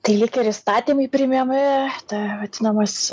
tai lyg ir įstatymai priimami ta vadinamas